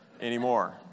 anymore